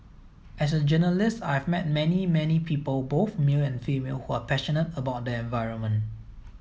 as a journalist I've met many many people both male and female who are passionate about the environment